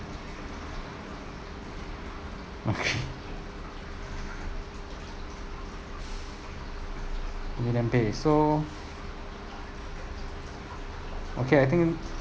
okay UnionPay so okay I think